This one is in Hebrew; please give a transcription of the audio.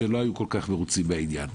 שלא היו כל כך מרוצים מן העניין,